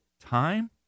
time